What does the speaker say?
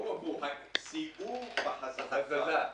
סייעו בהזזתם.